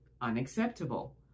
Unacceptable